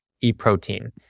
e-protein